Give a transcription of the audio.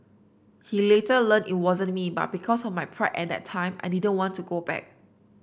he later learned it wasn't me but because of my pride at that time I didn't want to go back